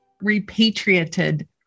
repatriated